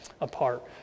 apart